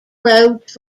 roads